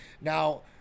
Now